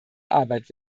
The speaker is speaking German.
arbeit